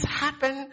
happen